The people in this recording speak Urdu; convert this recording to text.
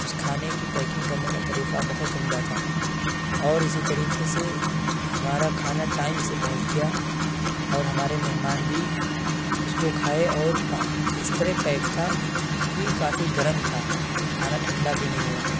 اس کھانے کی پیکنگ کرنے کا طریقہ بہت عمدہ تھا اور اسی طریقے سے ہمارا کھانا ٹائم سے پہنچ گیا اور ہمارے مہمان بھی اس کو کھائے اور اس طرح پیک تھا کہ کافی گرم تھا کھانا ٹھنڈا بھی نہیں ہوا تھا